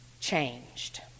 changed